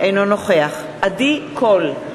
אינו נוכח עדי קול,